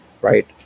Right